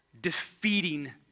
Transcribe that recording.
defeating